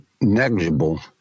negligible